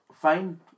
fine